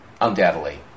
Undoubtedly